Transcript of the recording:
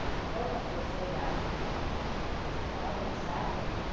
nabokov will say that his private tragedy